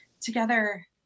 together